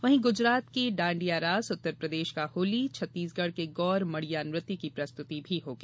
वहीं गुजरात के डांडिया रास उत्तर प्रदेश का होली छत्तीसगढ़ के गौर मड़िया नृत्य की प्रस्तुति भी होगी